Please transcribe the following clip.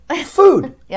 food